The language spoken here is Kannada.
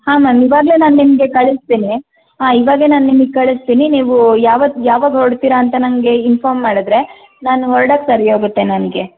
ಹಾಂ ಮ್ಯಾಮ್ ಇವಾಗಲೆ ನಾನು ನಿಮಗೆ ಕಳಿಸ್ತೀನಿ ಹಾಂ ಇವಾಗಲೆ ನಾನು ನಿಮಗೆ ಕಳಿಸ್ತೀನಿ ನೀವು ಯಾವತ್ತು ಯಾವಾಗ ಹೊರಡ್ತೀರ ಅಂತ ನನಗೆ ಇನ್ಫಾರ್ಮ್ ಮಾಡಿದ್ರೆ ನಾನು ಹೊರ್ಡಕ್ಕೆ ಸರಿ ಹೋಗುತ್ತೆ ನನಗೆ